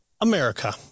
America